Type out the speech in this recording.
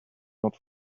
not